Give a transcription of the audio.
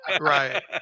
Right